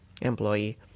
employee